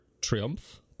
Triumph